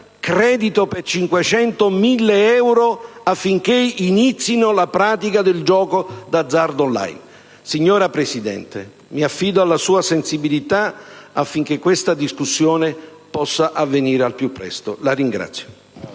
credito per 500-1.000 euro affinché inizino la pratica del gioco d'azzardo *online*. Signora Presidente, mi affido alla sua sensibilità affinché questa discussione possa avvenire al più presto. *(Applausi